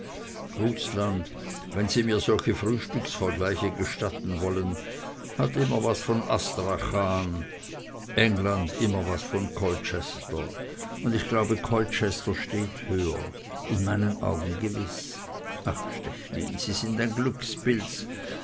rußland wenn sie mir solche frühstücksvergleiche gestatten wollen hat immer was von astrachan england immer was von colchester und ich glaube colchester steht höher in meinen augen gewiß ach stechlin sie sind ein glückspilz